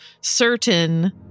certain